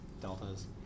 deltas